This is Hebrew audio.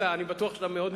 אני בטוח שאתה מאוד מקורי,